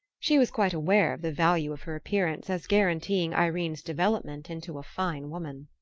she was quite aware of the value of her appearance as guaranteeing irene's development into a fine woman.